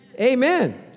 Amen